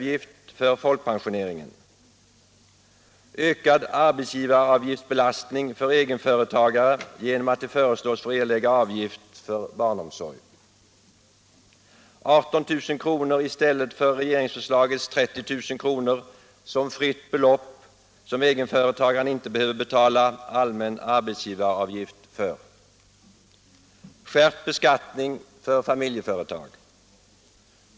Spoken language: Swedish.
Man föreslår: Ökad arbetsgivaravgiftsbelastning för egenföretagare genom att de föreslås få erlägga avgift för barnomsorg.